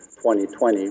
2020